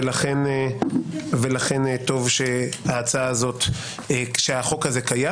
ולכן טוב שהחוק הזה קיים.